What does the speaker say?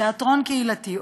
תיאטרון קהילתי,